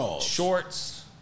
shorts